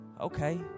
okay